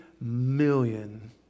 million